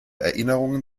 erinnerungen